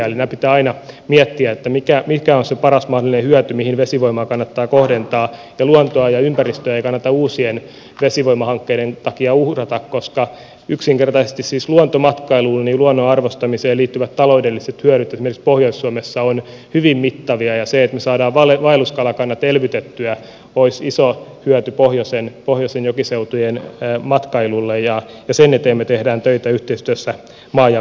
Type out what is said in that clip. eli nämä pitää aina miettiä mikä on se paras mahdollinen hyöty mihin vesivoimaa kannattaa kohdentaa ja luontoa ja ympäristöä ei kannata uusien vesivoimahankkeiden takia uhrata koska yksinkertaisesti siis luontomatkailuun ja luonnon arvostamiseen liittyvät taloudelliset hyödyt esimerkiksi pohjois suomessa ovat hyvin mittavia ja se että me saamme vaelluskalakannat elvytettyä olisi iso hyöty pohjoisen jokiseutujen matkailulle ja sen eteen me teemme töitä yhteistyössä maa ja metsätalousministeriön kanssa